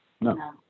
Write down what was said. No